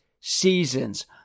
seasons